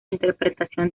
interpretación